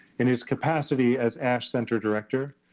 in his capacity as ash center director,